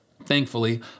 Thankfully